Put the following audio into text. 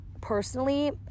personally